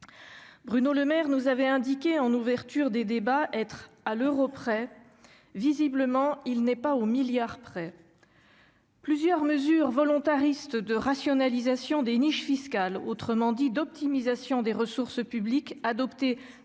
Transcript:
Bruno Le Maire nous avait indiqué en ouverture des débats être « à l'euro près ». Visiblement, il n'est pas « au milliard près »... Plusieurs mesures volontaristes de rationalisation des niches fiscales, en d'autres termes d'optimisation des ressources publiques, adoptées